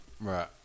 Right